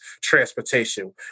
transportation